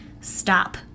stop